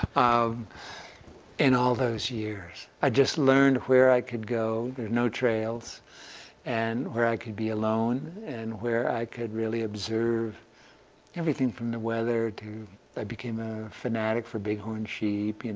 um in all those years. i just learned where i could go there's no trails and where i could be alone, and where i could really observe everything from the weather to i became a fanatic for big horn sheep.